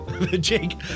Jake